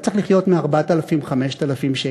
אתה צריך לחיות מ-4,000 5,000 שקל.